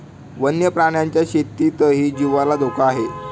वन्य प्राण्यांच्या शेतीतही जीवाला धोका आहे